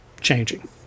changing